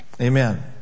Amen